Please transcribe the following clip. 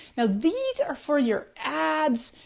now these are for your ads.